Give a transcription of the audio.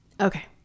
Okay